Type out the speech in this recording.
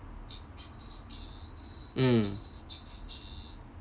mm